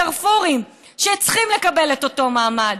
דארפורים שצריכים לקבל את אותו מעמד.